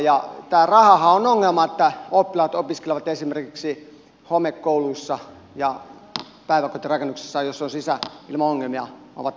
ja tämä rahahan on ongelma että oppilaat opiskelevat esimerkiksi homekouluissa ja päiväkotirakennuksissa joissa on sisäilmaongelmia ovat päivät pitkät